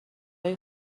های